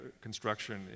construction